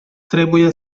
trebuie